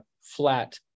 flat